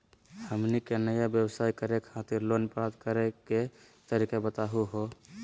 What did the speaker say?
हमनी के नया व्यवसाय करै खातिर लोन प्राप्त करै के तरीका बताहु हो?